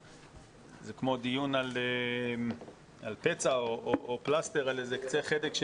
זה כמו דיון על פצע או פלסטר על חדק של